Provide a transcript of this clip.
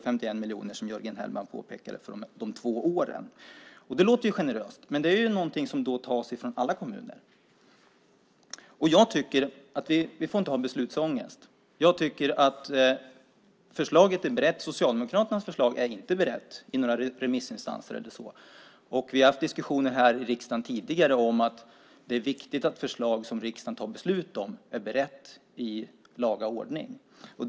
Det är 51 miljoner, som Jörgen Hellman påpekade, för de två åren. Det låter generöst, men det är någonting som då tas från alla kommuner. Vi får inte ha beslutsångest. Jag tycker att förslaget är berett. Socialdemokraternas förslag är inte berett i några remissinstanser eller så. Vi har haft diskussioner här i riksdagen tidigare om att det är viktigt att förslag som riksdagen fattar beslut om är beredda i laga ordning.